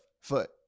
Foot